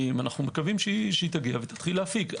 אנו מקווים שתגיע ותתחיל להפיק.